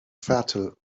fatal